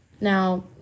Now